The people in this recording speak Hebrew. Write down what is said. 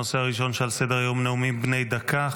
הנושא הראשון שעל סדר-היום, נאומים בני דקה.